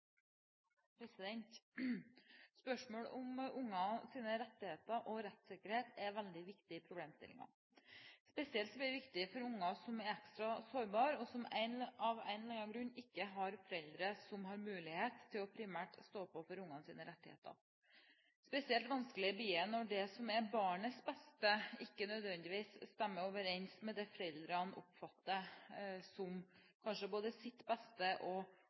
mulig. Spørsmål om barns rettigheter og rettssikkerhet er veldig viktige problemstillinger. Spesielt er de viktige for barn som er ekstra sårbare, og som av en eller annen grunn ikke har foreldre som har mulighet til primært å stå på for barnas rettigheter. Spesielt vanskelig blir det når det som er barnets beste, ikke nødvendigvis stemmer overens med det foreldrene oppfatter som kanskje både sitt beste og